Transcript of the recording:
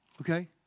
okay